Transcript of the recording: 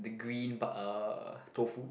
the green uh tofu